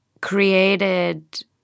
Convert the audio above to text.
created